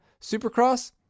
Supercross